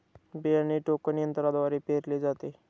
बियाणे टोकन यंत्रद्वारे पेरले जाते